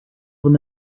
them